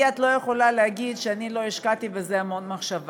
לי את לא יכולה להגיד שאני לא השקעתי בזה המון מחשבה,